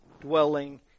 dwelling